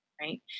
right